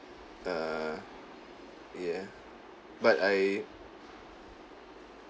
err yeah but I